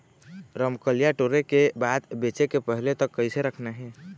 रमकलिया टोरे के बाद बेंचे के पहले तक कइसे रखना हे?